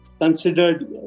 considered